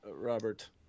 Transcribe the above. Robert